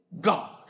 God